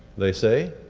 they say,